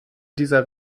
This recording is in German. dieser